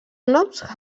noms